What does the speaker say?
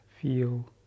feel